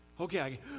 Okay